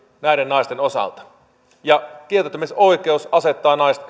näiden naisten osalta kieltäytymisoikeus asettaa naiset